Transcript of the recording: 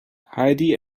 heidi